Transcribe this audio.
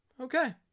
okay